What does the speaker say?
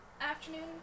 afternoon